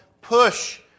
push